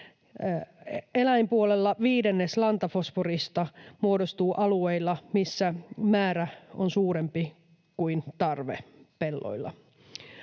Eläinpuolella viidennes lantafosforista muodostuu alueilla, missä määrä on suurempi kuin tarve pelloilla.